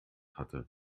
hatte